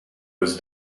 was